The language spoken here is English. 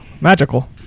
magical